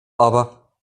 aber